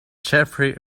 jeffery